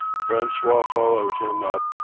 francois followed him up,